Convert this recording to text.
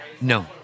No